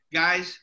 guys